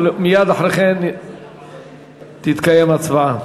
ומייד אחרי כן תתקיים הצבעה.